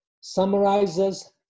summarizes